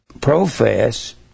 profess